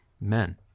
men